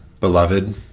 beloved